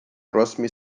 próxima